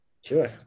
sure